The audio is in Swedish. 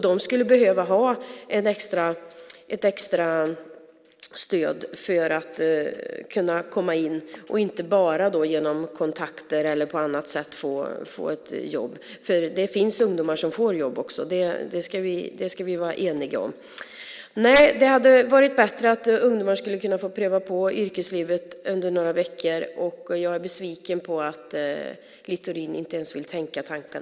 De skulle behöva ha ett extra stöd för att, inte bara genom kontakter, kunna få ett jobb. Det finns ungdomar som får jobb också. Det kan vi vara eniga om. Nej, det hade varit bättre om ungdomar hade kunnat få pröva på yrkeslivet under några veckor. Jag är besviken på att Littorin inte ens vill tänka tanken.